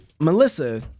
Melissa